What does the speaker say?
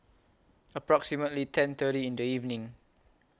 approximately ten thirty in The evening